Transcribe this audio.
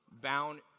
bound